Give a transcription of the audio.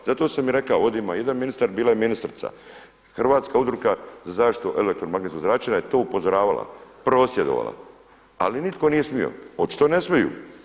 Zato sam i rekao ovdje ima jedan ministar, bila je ministrica Hrvatska udruga za zaštitu elektromagnetskog zračenja je na to upozoravala, prosvjedovala, ali nitko nije smio, očito ne smiju.